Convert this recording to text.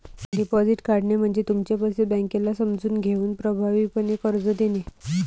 deposit काढणे म्हणजे तुमचे पैसे बँकेला समजून घेऊन प्रभावीपणे कर्ज देणे